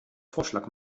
vorschlag